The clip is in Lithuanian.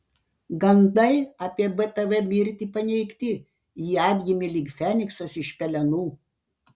gandai apie btv mirtį paneigti ji atgimė lyg feniksas iš pelenų